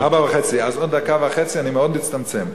4.5, אז עוד דקה וחצי, אני מאוד מצטמצם.